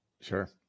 Sure